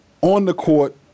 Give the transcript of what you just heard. on-the-court